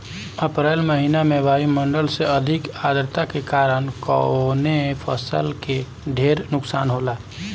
अप्रैल महिना में वायु मंडल में अधिक आद्रता के कारण कवने फसल क ढेर नुकसान होला?